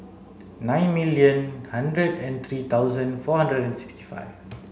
nine million hundred and three thousand four hundred and sixty five